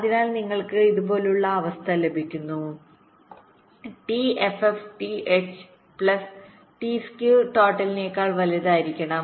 അതിനാൽ നിങ്ങൾക്ക് ഇതുപോലുള്ള അവസ്ഥ ലഭിക്കുന്നു T F F T H plus T സ്കീ ടോട്ടലിനേക്കാൾ വലുതായിരിക്കണം